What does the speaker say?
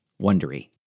wondery